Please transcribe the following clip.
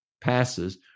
passes